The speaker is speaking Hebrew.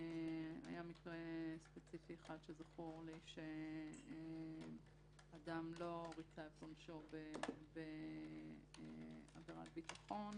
היה מקרה ספציפי אחד שזכור לי שאדם לא ריצה את עונשו בעבירת ביטחון